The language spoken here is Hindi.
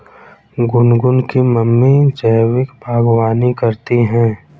गुनगुन की मम्मी जैविक बागवानी करती है